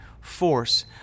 force